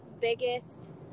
biggest